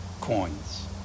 coins